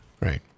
Right